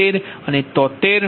76 અને 73